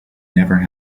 never